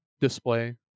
display